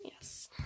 Yes